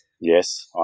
Yes